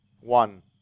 one